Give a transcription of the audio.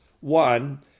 One